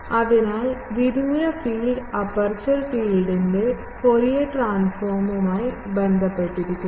അതിനാൽ വിദൂര field aperture ഫീൽഡിൻറെ ഫൂറിയർ ട്രാൻസ്ഫോo മായി ബന്ധപ്പെട്ടിരിക്കുന്നു